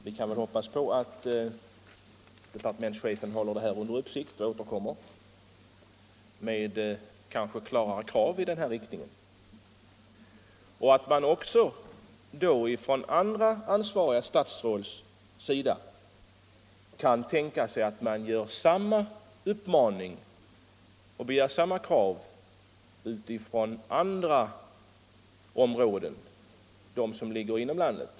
Vi kan väl hoppas på att departementschefen håller denna fråga under uppsikt och kanske återkommer med klarare krav i denna riktning liksom att man från andra ansvariga statsråds sida kan tänka sig att framställa samma krav på andra områden, som ligger inom landet.